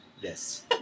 yes